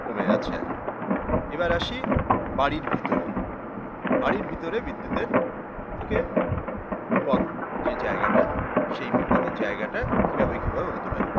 কমে যাচ্ছে এখন এবার আসি বাড়ির ভিতরে বাড়ির ভিতরে বিদ্যুতের থেকে বিপদ যে জায়গাটা সেই বিপদের জায়গাটা কীভাবে কীভাবে হতে পারে